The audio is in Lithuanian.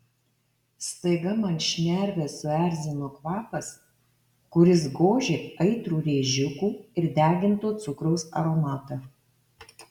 staiga man šnerves suerzino kvapas kuris gožė aitrų rėžiukų ir deginto cukraus aromatą